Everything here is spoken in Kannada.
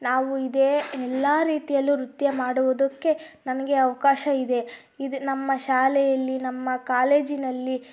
ನಾವು ಇದೇ ಎಲ್ಲ ರೀತಿಯಲ್ಲೂ ನೃತ್ಯ ಮಾಡುವುದಕ್ಕೆ ನನಗೆ ಅವಕಾಶ ಇದೆ ಇದು ನಮ್ಮ ಶಾಲೆಯಲ್ಲಿ ನಮ್ಮ ಕಾಲೇಜಿನಲ್ಲಿ